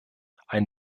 ein